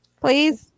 please